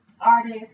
artist